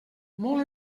molt